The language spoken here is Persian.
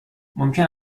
ممکن